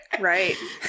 right